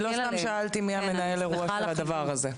לא סתם שאלתי מי מנהל האירוע של הדבר הזה.